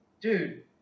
dude